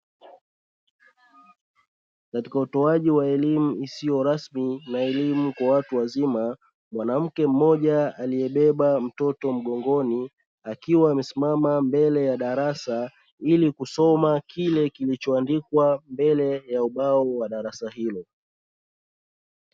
Katika utoaji wa elimu isiyo rasmi na elimu kwa watu wazima, mwanamke mmoja aliyebeba mtoto mgongoni, akiwa amesimama mbele ya darasa ili kusoma kile kilichoandikwa mbele ya ubao wa darasa hilo.